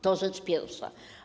To rzecz pierwsza.